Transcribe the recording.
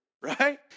right